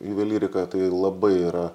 juvelyrika tai labai yra